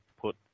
put